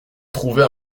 trouver